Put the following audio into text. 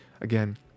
again